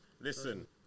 Listen